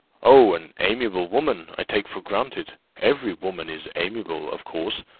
oh, an amiable woman, i take for granted every woman is amiable of course,